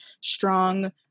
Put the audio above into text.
strong